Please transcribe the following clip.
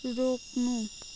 रोक्नु